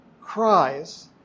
cries